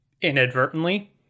inadvertently